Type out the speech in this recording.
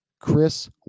Chris